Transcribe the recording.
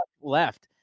left